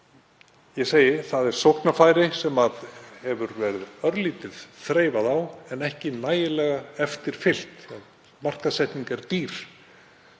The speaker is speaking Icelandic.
Ég segi: Það er sóknarfæri sem hefur verið örlítið þreifað á en ekki nægilega eftir fylgt. Markaðssetning er dýr